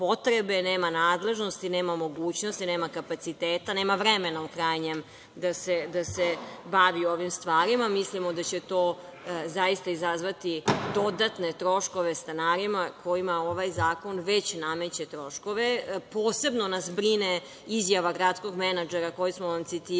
nema nadležnosti, nema mogućnosti, nema kapaciteta, nema vremena u krajnjem, da se bavi ovim stvarima. Mislimo da će to zaista izazvati dodatne troškove stanarima kojima ovaj zakon već nameće troškove. Posebno nas brine izjava gradskog menadžera Grada Beograda